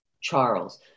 Charles